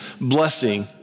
Blessing